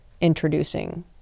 introducing